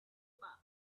back